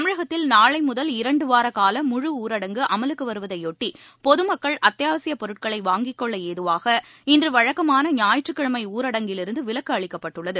தமிழகத்தில் நாளை முதல் இரண்டுவாரகால முழு ஊரடங்கு அமலுக்கு வருவதையொட்டி பொது மக்கள் அத்திபாவசியப் பொருட்களை வாங்கிக்கொள்ள ஏதுவாக இன்று வழக்கமான ஞாயிற்றுக்கிழமை ஊராடங்கிலிருந்து விலக்கு அளிக்கப்பட்டுள்ளது